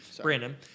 Brandon